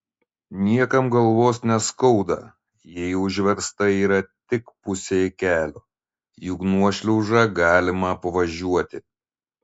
niekam galvos neskauda jei užversta yra tik pusė kelio juk nuošliaužą galima apvažiuoti